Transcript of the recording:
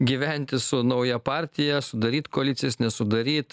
gyventi su nauja partija sudaryt koalicijas nesudaryt